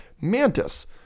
Mantis